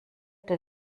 der